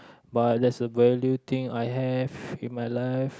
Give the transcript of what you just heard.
but that's a value thing I have in my life